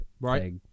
Right